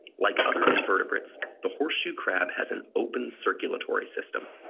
like other invertebrates the horseshoe crab has an open circulatory system.